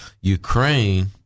ukraine